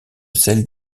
celles